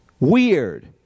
weird